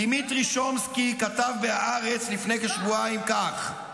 דימיטרי שומסקי כתב בהארץ לפני כשבועיים כך,